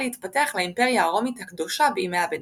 להתפתח לאימפריה הרומית הקדושה בימי הביניים.